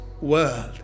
world